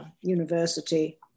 university